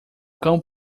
cão